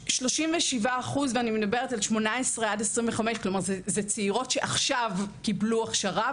37% ואני מדברת על 18-25. זאת אומרת זה צעירות שעכשיו קיבלו הכשרה,